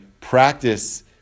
practice